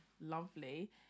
Lovely